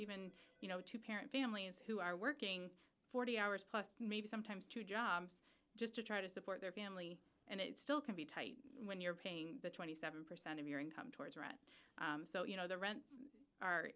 even you know two parent families who are working forty hours plus maybe sometimes two jobs just to try to support their family and it still can be tight when you're paying seven percent of your income towards rent so you know the rents are